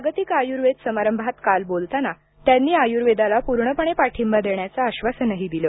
जागतिक आयुर्वेद समारंभात काल बोलताना त्यांनी आयुर्वेदाला पूर्णपणे पाठिंबा देण्याचं आश्वासनही दिलं